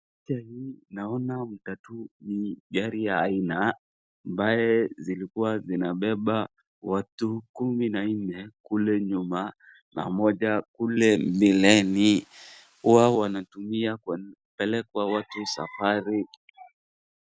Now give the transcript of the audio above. Picha hii naona matatu ni gari ya aina ambaye zilikua zinabeba watu kumi na nne kule nyuma na mmoja kule mbeleni huwa wanatumia kupeleka watu safari .